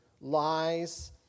lies